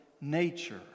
nature